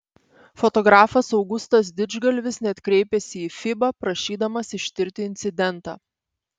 fotografas augustas didžgalvis net kreipėsi į fiba prašydamas ištirti incidentą